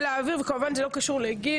כמובן זה לא קשור לגיל,